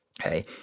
Okay